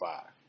five